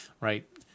Right